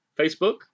Facebook